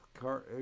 car